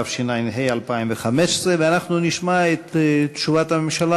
התשע"ה 2015. אנחנו נשמע את תשובת הממשלה